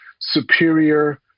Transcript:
superior